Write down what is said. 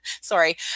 sorry